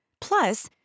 Plus